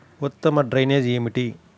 ఉత్తమ డ్రైనేజ్ ఏమిటి?